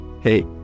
hey